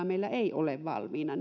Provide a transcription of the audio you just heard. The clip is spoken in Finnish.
meillä ei ole valmiina